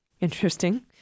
Interesting